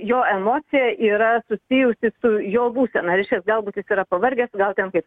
jo emocija yra susijusi su jo būsena galbūt jis yra pavargęs gal ten kaip